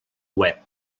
web